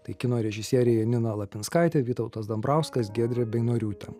tai kino režisierė janina lapinskaitė vytautas dambrauskas giedrė beinoriūtė